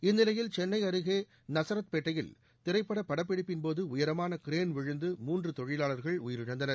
இந்நிலையில் சென்னை அருகே நசரத் பேட்டையில் திரைப்பட படப்பிடிப்பின்போது உயரமான கிரேன் விழுந்து மூன்று தொழிலாளர்கள் உயிரிழந்தனர்